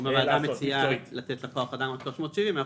אם הוועדה מציעה לתת לחברת כוח אדם רק 370 שקל,